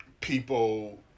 people